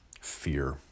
fear